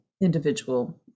individual